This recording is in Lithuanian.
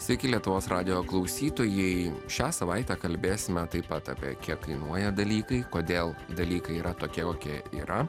sykį lietuvos radijo klausytojai šią savaitę kalbės man taip pat apie kiek kainuoja dalykai kodėl dalykai yra tokia kokia yra